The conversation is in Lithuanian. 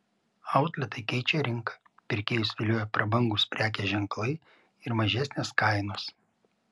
outletai keičia rinką pirkėjus vilioja prabangūs prekės ženklai ir mažesnės kainos